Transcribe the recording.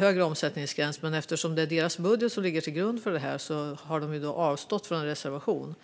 högre omsättningsgräns. Men eftersom det är deras budget som ligger till grund för det här har de avstått från en reservation.